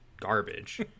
garbage